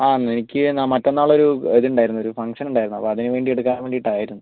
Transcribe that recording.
ആ എനിക്ക് മറ്റന്നാളൊരു ഇതുണ്ടായിരുന്നു ഒരു ഫങ്ഷൻ ഉണ്ടായിരുന്നു അപ്പോൾ അതിനുവേണ്ടി എടുക്കാൻ വേണ്ടീട്ടായിരുന്നു